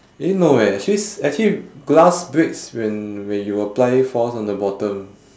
eh no eh actually s~ actually glass beds when when you apply force on the bottom